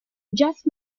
just